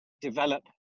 develop